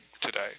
today